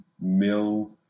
mill